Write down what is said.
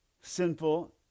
sinful